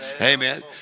amen